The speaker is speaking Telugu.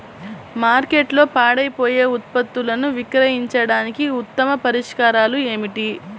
మార్కెట్లో పాడైపోయే ఉత్పత్తులను విక్రయించడానికి ఉత్తమ పరిష్కారాలు ఏమిటి?